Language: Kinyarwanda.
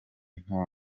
nta